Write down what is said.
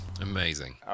Amazing